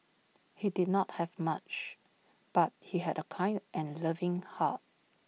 he did not have much but he had A kind and loving heart